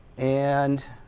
and